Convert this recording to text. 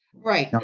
right.